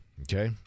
Okay